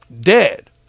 dead